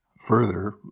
further